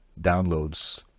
downloads